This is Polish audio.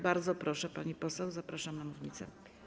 Bardzo proszę, pani poseł, zapraszam na mównicę.